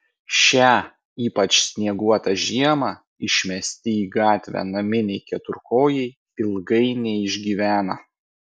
šią ypač snieguotą žiemą išmesti į gatvę naminiai keturkojai ilgai neišgyvena